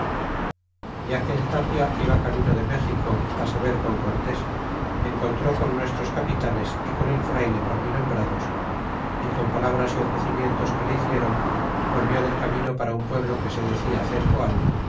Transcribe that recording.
ya que el tapia iba camino de méxico a se ver con cortés encontró con nuestros capitanes y con el frayle por mi nombrados y con palabras y ofrecimientos que le hicieron volvió del camino para un pueblo que se decia